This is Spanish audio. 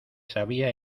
sabía